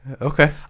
okay